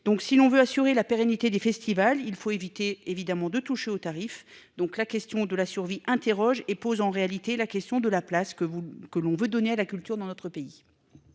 Donc si l'on veut assurer la pérennité du festival. Il faut éviter évidemment de toucher aux tarifs donc la question de la survie interroge et pose en réalité la question de la place que vous que l'on veut donner à la culture dans notre pays.